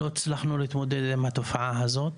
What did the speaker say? לא הצלחנו להתמודד עם התופעה הזאת